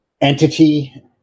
entity